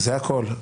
זה הכול.